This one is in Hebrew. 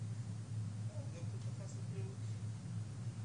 הפטור לתושבי האזור,